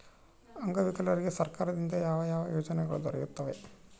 ಅಂಗವಿಕಲರಿಗೆ ಸರ್ಕಾರದಿಂದ ಯಾವ ಯಾವ ಯೋಜನೆಗಳು ದೊರೆಯುತ್ತವೆ?